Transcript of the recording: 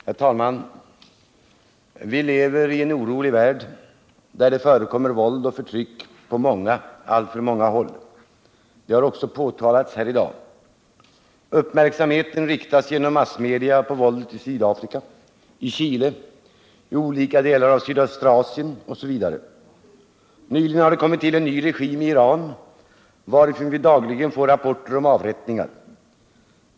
Herr talman! Vi lever i en orolig värld, där det förekommer våld och förtryck på alltför många håll. Det har också påtalats här i dag. Uppmärksamheten riktas genom massmedia på våldet i Sydafrika, i Chile, i olika delar av sydöstra Asien osv. Nyligen har det kommit till en ny regim i Iran, varifrån vi dagligen får rapporter om avrättningar.